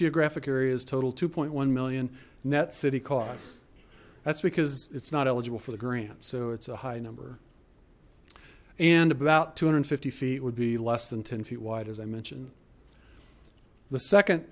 geographic areas total two one million net city cause that's because it's not eligible for the grant so it's a high number and about two hundred and fifty feet would be less than ten feet wide as i mentioned the second